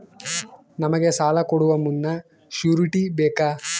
ನಮಗೆ ಸಾಲ ಕೊಡುವ ಮುನ್ನ ಶ್ಯೂರುಟಿ ಬೇಕಾ?